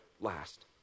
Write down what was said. last